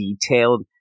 detailed